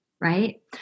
Right